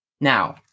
now